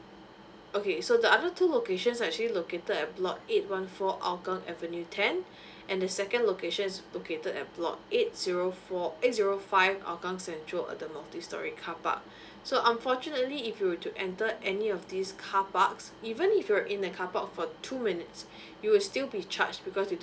okay so the other two locations actually located at block eight one four agang avenue ten and the second location located at block eight zero four eight zero five agang central of the multi storey carpark so unfortunately if you to enter any of these carparks even if you're in a carpark for two minutes you will still be charged because you